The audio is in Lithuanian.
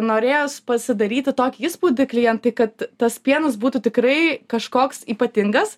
norėjos pasidaryti tokį įspūdį klientui kad tas pienas būtų tikrai kažkoks ypatingas